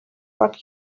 rocky